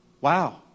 Wow